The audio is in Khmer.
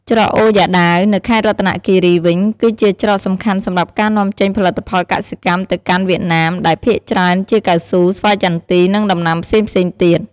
ច្រកអូរយ៉ាដាវ នៅខេត្តរតនគិរីវិញ គឺជាច្រកសំខាន់សម្រាប់ការនាំចេញផលិតផលកសិកម្មទៅកាន់វៀតណាម ដែលភាគច្រើនជាកៅស៊ូ ស្វាយចន្ទី និងដំណាំផ្សេងៗទៀត។